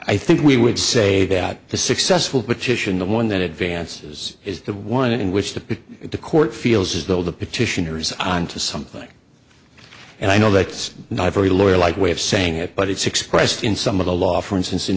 i think we would say that the successful petition the one that advances is the one in which the the court feels as though the petitioner is on to something and i know that's not a very lawyer like way of saying it but it's expressed in some of the law for instance in